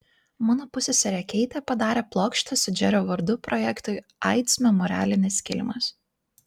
mano pusseserė keitė padarė plokštę su džerio vardu projektui aids memorialinis kilimas